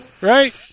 right